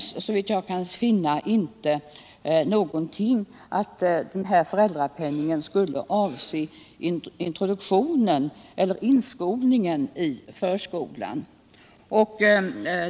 Såvitt jag kan finna nämns ingenting om att föräldrapenningen skulle avse introduktionen eller inskolningen i förskolan.